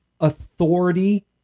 authority